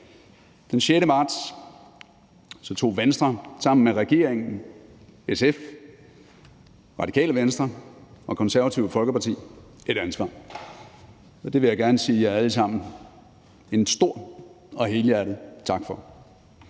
Den 6. marts tog Venstre sammen med regeringen, SF, Radikale Venstre og Det Konservative Folkeparti et ansvar, og det vil jeg gerne sige jer alle sammen en stor og helhjertet tak for.